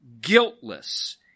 guiltless